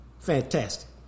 Fantastic